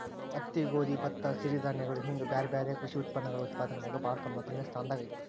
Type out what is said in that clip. ಹತ್ತಿ, ಗೋಧಿ, ಭತ್ತ, ಸಿರಿಧಾನ್ಯಗಳು ಹಿಂಗ್ ಬ್ಯಾರ್ಬ್ಯಾರೇ ಕೃಷಿ ಉತ್ಪನ್ನಗಳ ಉತ್ಪಾದನೆಯೊಳಗ ಭಾರತ ಮೊದಲ್ನೇ ಸ್ಥಾನದಾಗ ಐತಿ